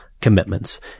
commitments